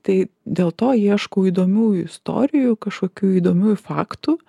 tai dėl to ieškau įdomiųjų istorijų kažkokių įdomiųjų faktų